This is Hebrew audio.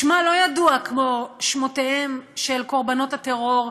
שמה לא ידוע כמו שמותיהם של קורבנות הטרור,